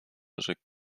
rzekł